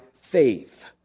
faith